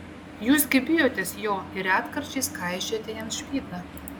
jūs gi bijotės jo ir retkarčiais kaišiojate jam špygą